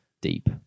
deep